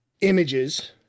images